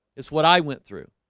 it's what i went through